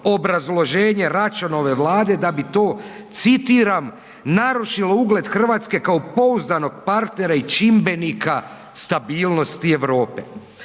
obrazloženje Račanove Vlade da bi to citiram „narušilo ugled RH kao pouzdanog partnera i čimbenika stabilnosti Europe“